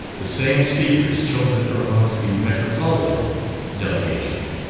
the same speakers, chosen from amongst the metropolitan delegation.